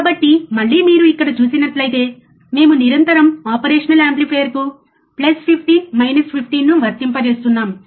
కాబట్టి మళ్ళీ మీరు ఇక్కడ చూసినట్లయితే మేము నిరంతరం ఆపరేషనల్ యాంప్లిఫైయర్కు ప్లస్ 15 మైనస్ 15 ను వర్తింపజేస్తున్నాము